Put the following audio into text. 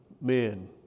men